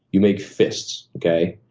you make fists, okay?